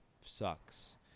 sucks